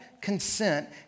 consent